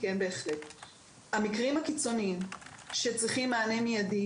המקרים הקיצוניים שצריכים מענה מידי,